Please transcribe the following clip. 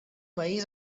país